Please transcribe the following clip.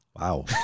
Wow